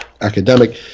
academic